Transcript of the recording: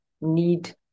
need